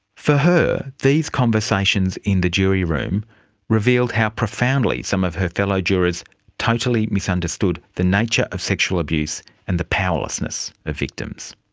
for her, these conversations in the jury room revealed how profoundly some of her fellow jurors totally misunderstood the nature of sexual abuse and the powerlessness of victims.